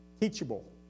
teachable